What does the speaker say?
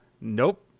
nope